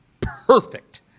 perfect